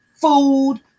food